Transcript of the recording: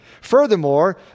furthermore